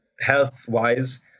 health-wise